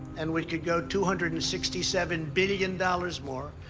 and we could go two hundred and sixty seven billion dollars more.